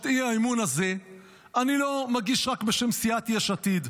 את האי-אמון הזה אני לא מגיש רק בשם סיעת יש עתיד.